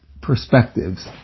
perspectives